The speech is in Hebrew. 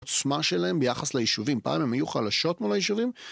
עוצמה שלהם ביחס ליישובים. פעם הם היו חלשות מול היישובים.